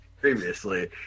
previously